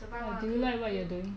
but do you like what you are doing